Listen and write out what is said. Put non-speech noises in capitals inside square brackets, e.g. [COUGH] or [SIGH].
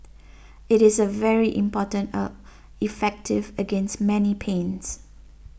it is a very important herb [HESITATION] effective against many pains